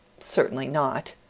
certainly not.